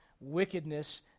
wickedness